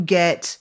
get